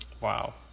Wow